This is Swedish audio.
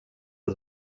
att